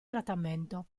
trattamento